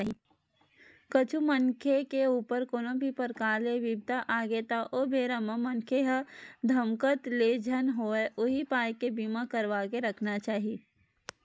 कहूँ मनखे के ऊपर कोनो भी परकार ले बिपदा आगे त ओ बेरा म मनखे ह धकमाकत ले झन होवय उही पाय के बीमा करवा के रखना चाही